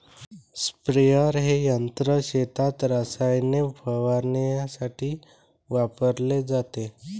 sprayer हे यंत्र शेतात रसायने फवारण्यासाठी वापरले जाते